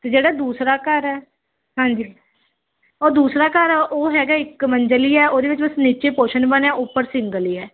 ਅਤੇ ਜਿਹੜਾ ਦੂਸਰਾ ਘਰ ਹੈ ਹਾਂਜੀ ਉਹ ਦੂਸਰਾ ਘਰ ਉਹ ਹੈਗਾ ਇੱਕ ਮੰਜ਼ਿਲ ਹੀ ਆ ਉਹਦੇ ਵਿੱਚ ਬਸ ਨੀਚੇ ਪੋਸ਼ਣ ਬਣਿਆ ਉੱਪਰ ਸਿੰਗਲ ਹੀ ਹੈ